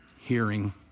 hearing